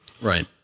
Right